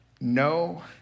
no